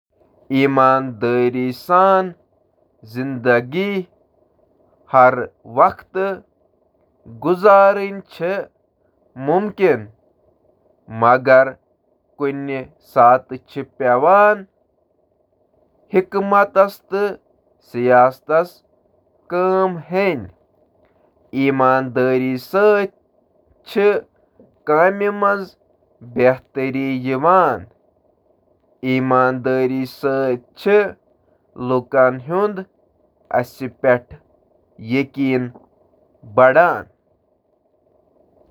آ، شعوری انتخاب کٔرتھ چُھ زیادٕ تر وقت ایماندار روزُن ممکن، مگر یہٕ یاد تھاوُن چُھ ضروری زِ ایمانداری چِھ اکھ زٕ طرفہٕ سڑک: پننس پانس سۭتۍ ایماندار: پننس پانس تہٕ پنن ارادن زانِو۔